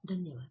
धन्यवाद